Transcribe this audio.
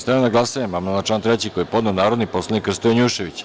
Stavljam na glasanje amandman na član 3. koji je podneo narodni poslanik Krsto Janjušević.